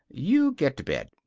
you get to bed.